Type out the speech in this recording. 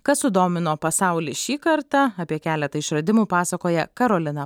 kas sudomino pasaulį šį kartą apie keletą išradimų pasakoja karolina